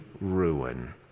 ruin